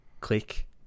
click